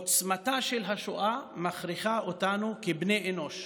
עוצמתה של השואה מכריחה אותנו כבני אנוש